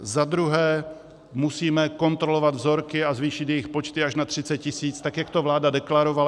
Za druhé musíme kontrolovat vzorky a zvýšit jejich počty až na 30 tisíc, tak jak to vláda deklarovala.